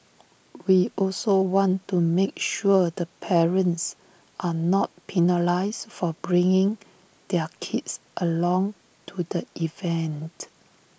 we also want to make sure the parents are not penalised for bringing their kids along to the event